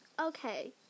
okay